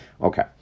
Okay